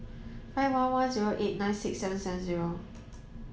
five one one zero eight nine six seven seven zero